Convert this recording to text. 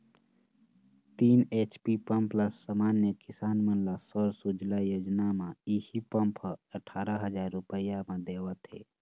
तीन HP pump ल समान्य किसान मन ल सौर सूजला योजना म इहीं पंप ह अठारा हजार रूपिया म देवत हे